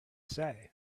say